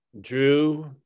Drew